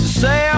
say